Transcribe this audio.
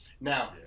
Now